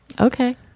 Okay